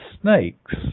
snakes